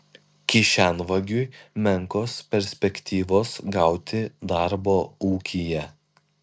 kišenvagiui menkos perspektyvos gauti darbo ūkyje